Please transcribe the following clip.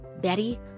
Betty